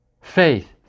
faith